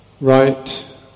Right